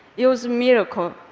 it was a miracle.